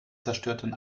zerstörten